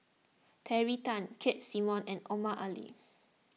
Terry Tan Keith Simmons and Omar Ali